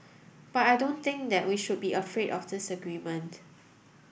but I don't think that we should be afraid of disagreement